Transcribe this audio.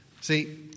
See